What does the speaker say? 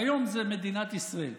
והיום של מדינת ישראל,